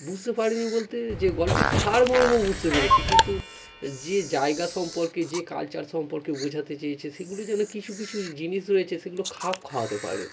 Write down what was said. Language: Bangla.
বুঝতে পারিনি বলতে যে গল্পের সারমর্ম বুঝতে পেরেছি কিন্তু যে জায়গা সম্পর্কে যে কালচার সম্পর্কে বোঝাতে চেয়েছে সেগুলি যেন কিছু কিছু জিনিস রয়েছে সেগুলো খাপ খাওয়াতে পারেনি